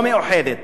לא מאוחדת.